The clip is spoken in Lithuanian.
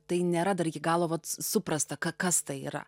tai nėra dar iki galo vat s suprasta ka kas tai yra